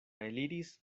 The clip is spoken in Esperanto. eliris